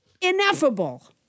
ineffable